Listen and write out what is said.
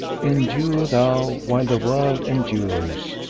endure thou while the world endures,